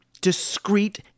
discrete